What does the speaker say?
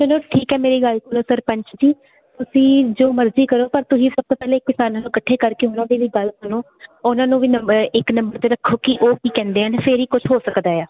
ਠੀਕ ਹੈ ਮੇਰੀ ਗੱਲ ਸਰਪੰਚ ਜੀ ਤੁਸੀਂ ਜੋ ਮਰਜ਼ੀ ਕਰੋ ਪਰ ਤੁਸੀਂ ਸਭ ਤੋਂ ਪਹਿਲਾਂ ਇੱਕ ਕਿਸਾਨਾਂ ਨੂੰ ਇਕੱਠੇ ਕਰਕੇ ਉਹਨਾਂ ਦੀ ਵੀ ਗੱਲ ਸੁਣੋ ਉਹਨਾਂ ਨੂੰ ਵੀ ਇੱਕ ਨੰਬਰ ਤੇ ਰੱਖੋ ਕਿ ਉਹ ਕੀ ਕਹਿੰਦੇ ਆ ਫਿਰ ਹੀ ਕੁਝ ਹੋ ਸਕਦਾ ਆ